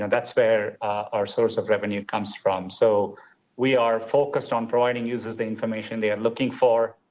and that's where our source of revenue comes from. so we are focused on providing users the information they are looking for.